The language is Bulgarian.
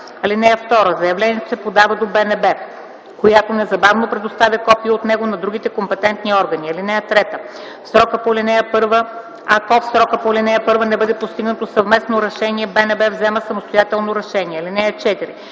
(2) Заявлението се подава до БНБ, която незабавно предоставя копие от него на другите компетентни органи. (3) Ако в срока по ал. 1 не бъде постигнато съвместно решение, БНБ взема самостоятелно решение. (4)